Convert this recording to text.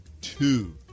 two